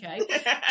Okay